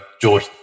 George